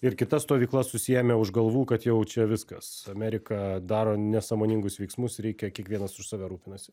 ir kita stovykla susiėmę už galvų kad jau čia viskas amerika daro nesąmoningus veiksmus reikia kiekvienas už save rūpinasi